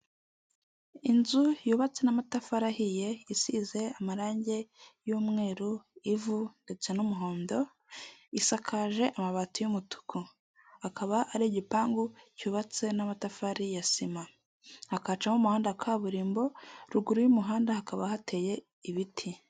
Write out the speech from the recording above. Inzu yubatswe n'amatafari ahiye yasize amarangi y'umweru, ivu ndetse n'umuhondo, isakaje amabati y'umutuku, akaba hariho igipangu cyubatse n'amatafari ya sima, hakacamo umuhanda kaburimbo, ruguru y'umuhanda hakaba hateye ibiti.